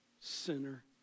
sinner